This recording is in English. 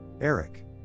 Eric